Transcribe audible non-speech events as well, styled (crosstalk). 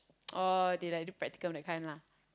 (noise) oh they like do practiccum that kind lah